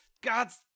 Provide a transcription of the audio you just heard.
God's